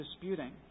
disputing